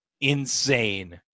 insane